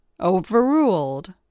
Overruled